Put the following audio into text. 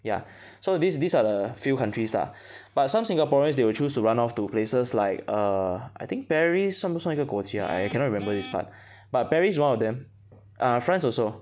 ya so this these are the few countries ah but some Singaporeans they will choose to run off to places like err I think Paris 算不算一个国家 I cannot remember this part but Paris is one of them uh France also